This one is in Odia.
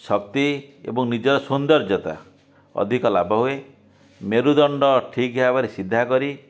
ଶକ୍ତି ଏବଂ ନିଜର ସୌନ୍ଦର୍ଯ୍ୟତା ଅଧିକ ଲାଭ ହୁଏ ମେରୁଦଣ୍ଡ ଠିକ ଭାବେ ସିଧା କରି